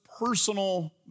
personal